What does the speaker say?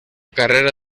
carrera